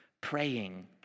praying